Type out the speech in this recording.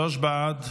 שלושה בעד,